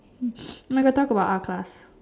I'm gonna go talk about R class